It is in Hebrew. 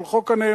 על חוק הנאמנות,